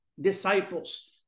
disciples